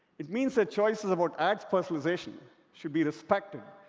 it means their choices about ads personalization should be respected,